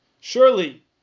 Surely